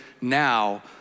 now